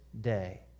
day